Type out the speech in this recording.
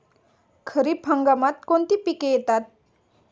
खरीप हंगामात कोणती पिके येतात?